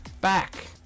Back